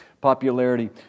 Popularity